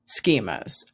schemas